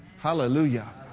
Hallelujah